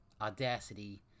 Audacity